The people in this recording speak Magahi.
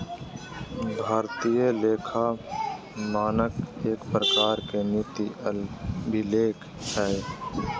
भारतीय लेखा मानक एक प्रकार के नीति अभिलेख हय